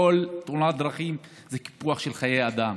כל תאונת דרכים זה קיפוח של חיי אדם.